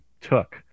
took